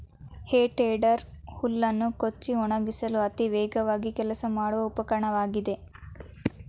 ಹೇ tedder ಹುಲ್ಲನ್ನು ಕೊಚ್ಚಿ ಒಣಗಿಸಲು ಅತಿ ವೇಗವಾಗಿ ಕೆಲಸ ಮಾಡುವ ಉಪಕರಣವಾಗಿದೆ